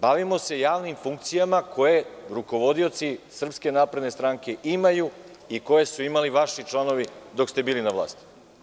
Bavimo se javnim funkcijama koje rukovodioci Srpske napredne stranke imaju koje su imali vaši članovi, dok ste bili na vlasti.